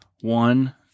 One